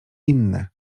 inny